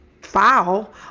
foul